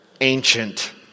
ancient